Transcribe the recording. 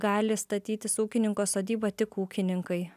gali statytis ūkininko sodybą tik ūkininkai